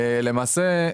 למעשה,